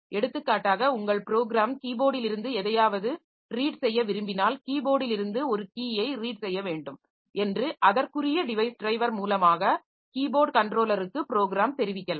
எடுத்துக்காட்டாக உங்கள் ப்ரோக்ராம் கீபோர்டிலிருந்து எதையாவது ரீட் செய்ய விரும்பினால் கீபோர்டிலிருந்து ஒரு கீயை ரீட் செய்ய வேண்டும் என்று அதற்குரிய டிவைஸ் டிரைவர் முலமாக கீபோர்ட் கன்ட்ரோலருக்கு ப்ரோக்ராம் தெரிவிக்கலாம்